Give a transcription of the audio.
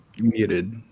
muted